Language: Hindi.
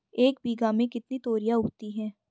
एक बीघा में कितनी तोरियां उगती हैं?